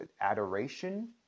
adoration